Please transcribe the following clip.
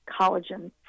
collagen